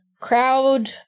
crowd